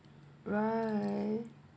right